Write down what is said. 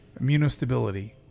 immunostability